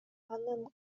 анын